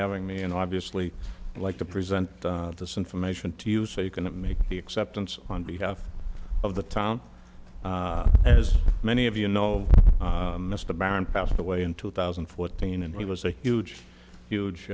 having me and obviously like to present this information to you say you can make the acceptance on behalf of the town as many of you know mr barron passed away in two thousand and fourteen and he was a huge huge